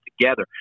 together